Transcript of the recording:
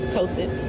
Toasted